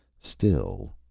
still.